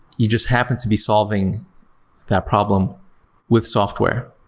you just happen to be solving that problem with software,